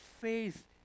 faith